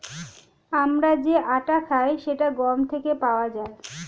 আমরা যে আটা খাই সেটা গম থেকে পাওয়া যায়